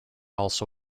also